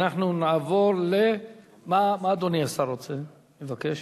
אנחנו נעבור, מה אדוני השר רוצה, מבקש?